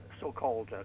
so-called